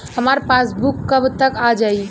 हमार पासबूक कब तक आ जाई?